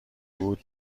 بود